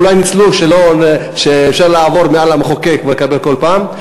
אז הם אולי ניצלו את זה שאפשר לעבור מעל המחוקק ולקבל כל פעם.